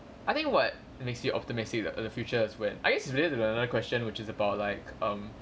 I think what next year optimistic that the future is when I used to really like another question which is about like um